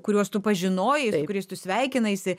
kuriuos tu pažinojai su kuriais tu sveikinaisi